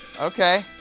Okay